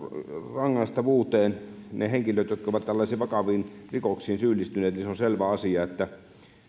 rangaistavuuteen niillä henkilöillä jotka ovat tällaisiin vakaviin rikoksiin syyllistyneet niin on selvä asia että